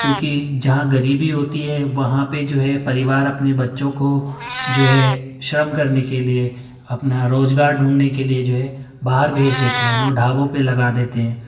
کیونکہ جہاں غریبی ہوتی ہے وہاں پہ جو ہے پریوار اپنے بچوں کو جو ہے شرم کرنے کے لیے اپنا روزگار ڈھونڈنے کے لیے جو ہے باہر بھیج دیتے ہیں انہوں ڈھابوں پہ لگا دیتے ہیں